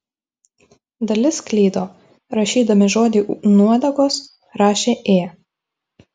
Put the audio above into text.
dalis klydo rašydami žodį nuodegos rašė ė